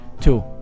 Two